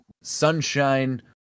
Sunshine